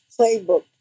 playbook